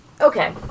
Okay